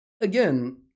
again